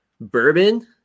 bourbon